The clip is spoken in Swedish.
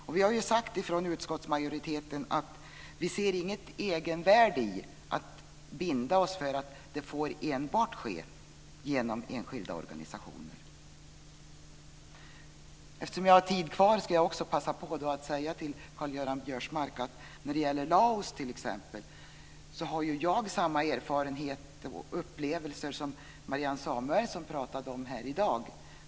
Utskottsmajoriteten har uttalat att man inte ser något egenvärde i att binda sig för att det enbart får ske genom enskilda organisationer. Eftersom jag har tid kvar vill jag passa på att säga till Karl-Göran Biörsmark att när det gäller Laos har jag samma erfarenheter och upplevelser som Marianne Samuelsson berättade om här i dag.